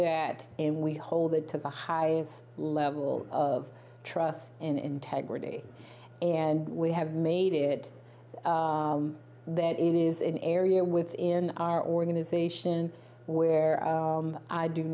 that and we hold it to the high as level of trust and integrity and we have made it that it is an area within our organization where i do